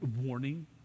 warning